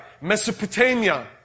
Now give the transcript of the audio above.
Mesopotamia